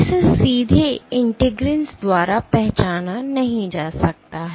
इसे सीधे इंटीग्रिंस द्वारा पहचाना नहीं जा सकता है